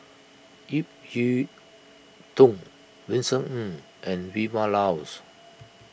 Ip Yiu Tung Vincent Ng and Vilma Laus